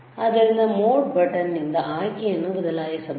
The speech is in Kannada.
ಆದ್ದರಿಂದ ಮೋಡ್ ಬಟನ್ ನಿಂದ ಆಯ್ಕೆಯನ್ನು ಬದಲಾಯಿಸಬಹುದು